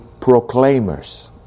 proclaimers